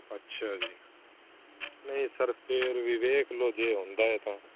ਅੱਛਾ ਜੀ ਨਹੀਂ ਸਰ ਫੇਰ ਵੀ ਵੇਖ ਲਓ ਜੇ ਹੁੰਦਾ ਤਾਂ